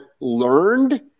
learned